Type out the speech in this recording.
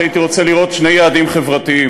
שהייתי רוצה לראות שני יעדים חברתיים,